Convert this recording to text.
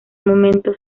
momento